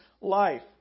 life